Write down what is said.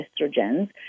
estrogens